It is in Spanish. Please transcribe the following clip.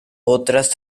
otras